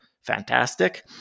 fantastic